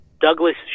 Douglas